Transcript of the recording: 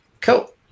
cool